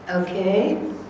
Okay